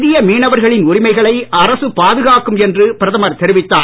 இந்திய மீனவர்களின் உரிமைகளை அரசு பாதுகாக்கும் என்று பிரதமர் தெரிவித்தார்